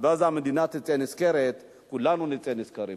ואז המדינה תצא נשכרת.